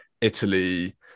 Italy